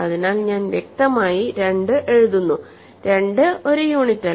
അതിനാൽ ഞാൻ വ്യക്തമായി 2 എഴുതുന്നു 2 ഒരു യൂണിറ്റല്ല